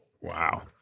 Wow